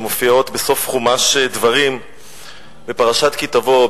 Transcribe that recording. שמופיעות בסוף חומש דברים בפרשת כי תבוא,